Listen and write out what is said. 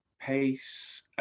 pace